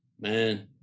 man